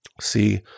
See